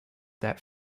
that